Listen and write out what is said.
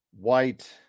white